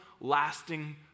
lasting